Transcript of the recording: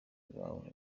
bawe